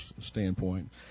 standpoint